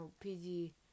PG